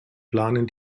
planen